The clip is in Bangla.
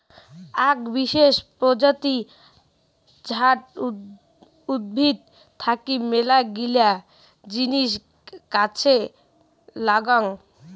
আক বিশেষ প্রজাতি জাট উদ্ভিদ থাকি মেলাগিলা জিনিস কাজে লাগং